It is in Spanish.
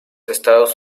estados